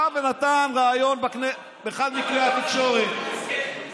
בא ונתן ריאיון באחד מכלי התקשורת, הליכוד, מסכן.